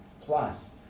plus